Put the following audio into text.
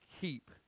keep